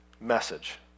message